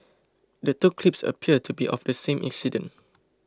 the two clips appear to be of the same incident